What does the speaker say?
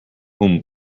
whom